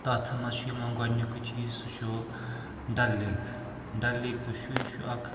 تَتھ منٛز چھُ یِوان گۄڈنیِکُے چیٖز سُہ چھُ ڈَل لیک ڈَل لیک یُس چھُ یہِ چھُ اَکھ